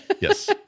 yes